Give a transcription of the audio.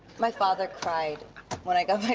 my father cried when i got